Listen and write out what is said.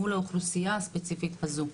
מול האוכלוסייה הספציפית הזו.